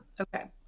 Okay